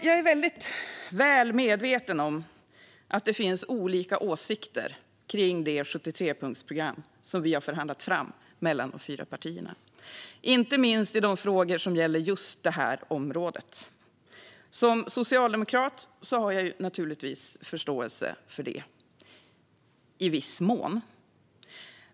Jag är väl medveten om att det finns olika åsikter kring det 73-punktsprogram som vi har förhandlat fram mellan de fyra partierna, inte minst om de frågor som gäller just det här området. Som socialdemokrat har jag naturligtvis förståelse för det i viss mån.